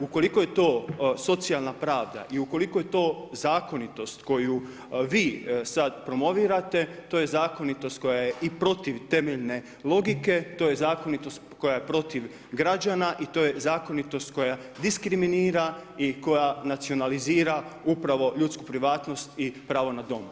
Ukoliko je to socijalna pravda i ukoliko je to zakonitost koju vi sada promovirate, to je zakonitost koja je i protiv temeljne logike, to je zakonitost koja je protiv građana i to je zakonitost koja diskriminira i koja nacionalizira upravo ljudsku privatnost i pravo na dom.